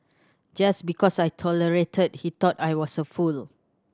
just because I tolerated he thought I was a fool